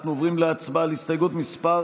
אנחנו עוברים להצבעה על הסתייגות מס'